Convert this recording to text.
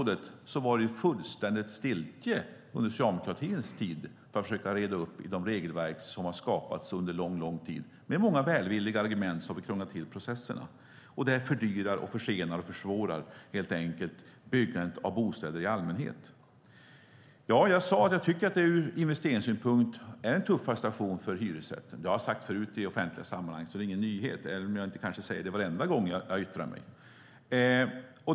Det var fullständig stiltje under socialdemokratins tid när det gäller att reda upp i de regelverk som hade skapats under en lång tid, med många välvilliga argument, men som krånglar till processerna och fördyrar, försenar och försvårar helt enkelt byggandet av bostäder i allmänhet. Jag sade att jag tycker att det ur investeringssynpunkt är en tuffare situation för hyresrätten. Jag har sagt det förut i offentliga sammanhang, så det är ingen nyhet, även om jag kanske inte säger det varenda gång jag yttrar mig.